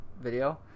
video